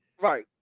Right